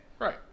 Right